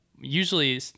Usually